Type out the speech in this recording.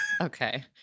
Okay